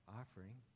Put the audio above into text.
offering